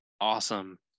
awesome